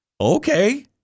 Okay